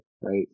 right